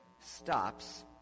stops